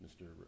Mr